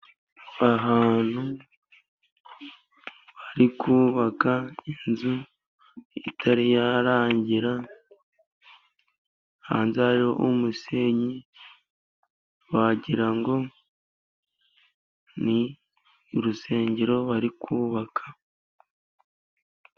Ahantu bari kubaka inzu itari yarangira, hanze hariho umusenyi, wagira ngo ni urusengero bari kubaka.